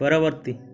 ପରବର୍ତ୍ତୀ